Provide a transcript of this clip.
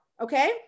okay